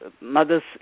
mothers